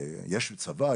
יש צבא,